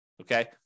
Okay